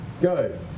Go